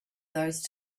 those